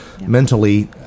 mentally